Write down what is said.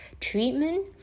treatment